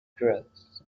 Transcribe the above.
drugs